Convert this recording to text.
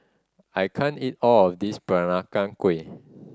I can't eat all of this Peranakan Kueh